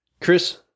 Chris